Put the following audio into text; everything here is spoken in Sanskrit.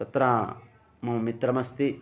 तत्र मम मित्रमस्ति